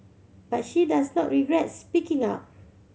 but she does not regret speaking up